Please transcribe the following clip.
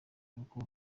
kuko